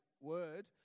word